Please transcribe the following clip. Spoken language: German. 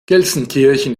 gelsenkirchen